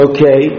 Okay